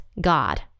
God